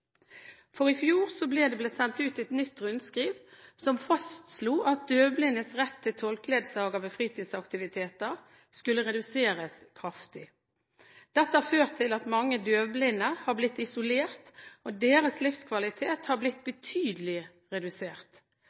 døvblinde. I fjor sommer ble det sendt ut et nytt rundskriv som fastslo at døvblindes rett til tolk/ledsager ved fritidsaktiviteter, skulle reduseres kraftig. Dette har ført til at mange døvblinde har blitt isolert, og at deres livskvalitet har blitt betydelig redusert.